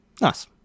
Nice